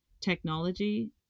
technology